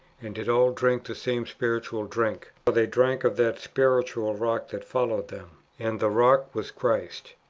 and did all drink the same spiritual drink for they drank of that spiritual rock that followed them and the rock was christ.